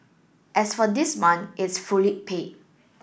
as for this month it's fully paid